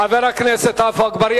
חבר הכנסת עפו אגבאריה,